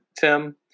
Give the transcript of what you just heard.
Tim